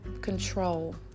control